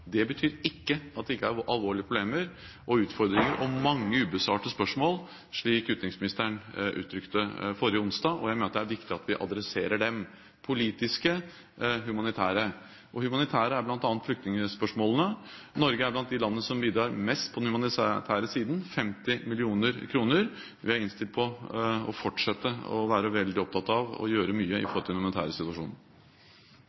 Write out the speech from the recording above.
Det betyr ikke at det ikke er alvorlige problemer og utfordringer og mange ubesvarte spørsmål, slik utenriksministeren uttrykte forrige onsdag. Jeg mener det er viktig at vi adresserer dem, politiske og humanitære. Flyktningspørsmålet er bl.a. et humanitært problem. Norge er blant de landene som bidrar mest på den humanitære siden – 50 mill. kr. Vi er innstilt på å fortsette å være veldig opptatt av å gjøre mye i